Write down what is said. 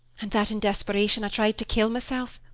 and that, in desperation, i tried to kill myself.